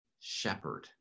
shepherd